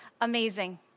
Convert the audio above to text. amazing